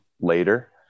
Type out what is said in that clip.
later